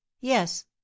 yes